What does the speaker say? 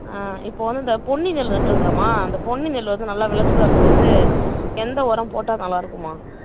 ஆ இப்போ வந்து இந்த பொன்னி நெல் நட்டிருக்கறேம்மா அந்த பொன்னி நெல் வந்து நல்லா விளைச்சல் வரத்துக்கு வந்து எந்த உரம் போட்டால் நல்லாயிருக்கும்மா